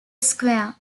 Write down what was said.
square